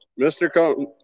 Mr